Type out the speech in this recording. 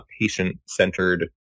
patient-centered